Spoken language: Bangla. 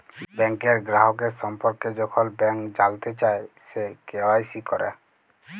ব্যাংকের গ্রাহকের সম্পর্কে যখল ব্যাংক জালতে চায়, সে কে.ওয়াই.সি ক্যরা